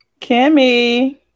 Kimmy